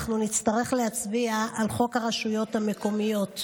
אנחנו נצטרך להצביע על חוק הרשויות המקומיות,